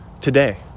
today